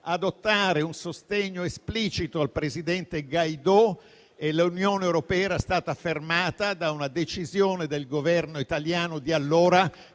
adottare un sostegno esplicito al presidente Guaidó ed è stata fermata da una decisione del Governo italiano di allora